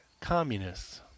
communists